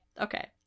okay